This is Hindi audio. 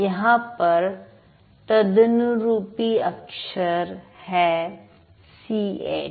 यहां पर तदनुरूपी अक्षर है सी एच